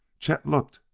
chet looked,